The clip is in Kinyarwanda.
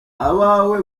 abawe